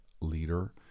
leader